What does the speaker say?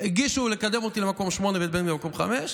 הגישו בקשה לקדם אותי למקום שמיני ואת בן גביר למקום חמישי,